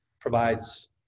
provides